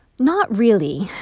not really.